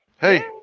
Hey